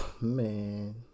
Man